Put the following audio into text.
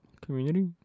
Community